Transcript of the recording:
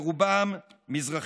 ברובם מזרחים.